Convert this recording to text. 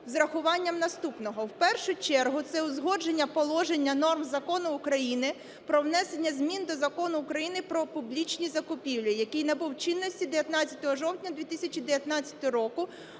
врахуванням наступного. В першу чергу це узгодження положення норм Закону України про внесення змін до Закону України "Про публічні закупівлі", який набув чинності 19 жовтня 2019 року,